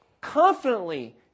confidently